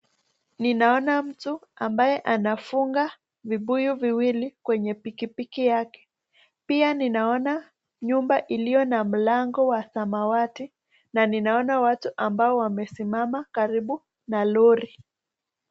Ninaona mtu ambaye anafunga vibuyu viwili kwenye pikipiki yake, pia ninaona nyumba iliona mlango wa samawati na ninaona watu ambao wamesimama karibu na lori.